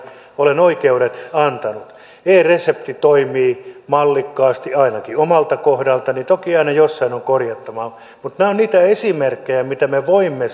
olen oikeudet antanut e resepti toimii mallikkaasti ainakin omalla kohdallani toki aina jossain on korjattavaa mutta nämä ovat niitä esimerkkejä mitä me voimme